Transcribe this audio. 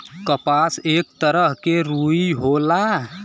कपास एक तरह के रुई होला